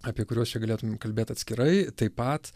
apie kuriuos čia galėtumėm kalbėt atskirai taip pat